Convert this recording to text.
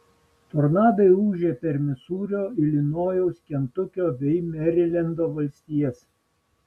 tornadai ūžė per misūrio ilinojaus kentukio bei merilendo valstijas